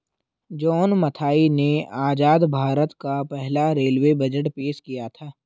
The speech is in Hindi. जॉन मथाई ने आजाद भारत का पहला रेलवे बजट पेश किया था